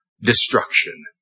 destruction